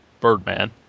Birdman